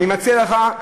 אני מציע לך,